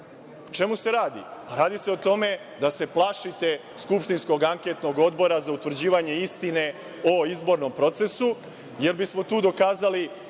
čemu se radi? Radi se o tome da se plašite skupštinskog anketnog odbora za utvrđivanje istine o izbornom procesu jer bismo tu dokazali